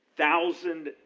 thousand